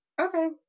Okay